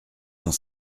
cent